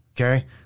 okay